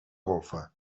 golfa